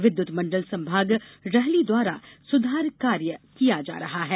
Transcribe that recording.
विद्युत मंडल संभाग रहली द्वारा सुधार कार्य किया जा रहा है